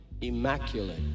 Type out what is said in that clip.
immaculate